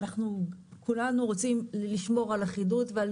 כולנו רוצים לשמור על אחידות ועל